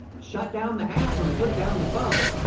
shut down the app or put down the phone.